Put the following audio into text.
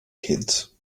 kids